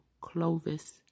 Clovis